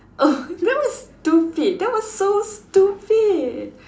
oh that was stupid that was so stupid